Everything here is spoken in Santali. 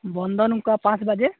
ᱵᱚᱱᱫᱚ ᱚᱱᱠᱟ ᱯᱟᱸᱪ ᱵᱟᱡᱮ